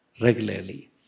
regularly